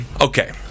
okay